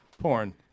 Porn